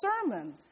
sermon